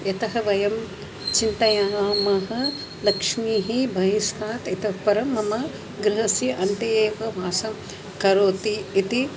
यतः वयं चिन्तयामः लक्ष्मीः बहिस्तात् इतःपरं मम गृहस्ये अन्ते एव वासं करोति इति